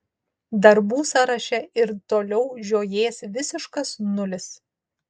darbų sąraše ir toliau žiojės visiškas nulis